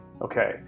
Okay